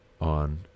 on